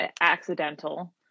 accidental